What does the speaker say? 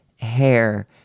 hair